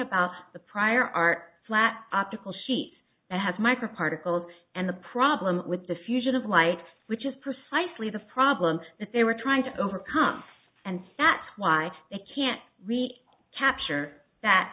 about the prior art flat optical sheet that has micro particles and the problem with the fusion of light which is precisely the problem that they were trying to overcome and that's why they can't really capture that